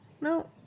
No